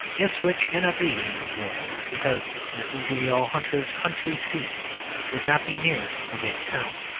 ipswich cannot be eatanswill, because mrs. leo hunter's country seat would not be near a big town.